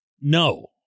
no